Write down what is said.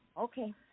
Okay